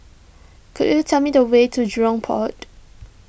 could you tell me the way to Jurong Port